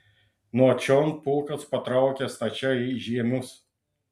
nuo čion pulkas patraukė stačiai į žiemius